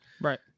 right